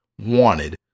wanted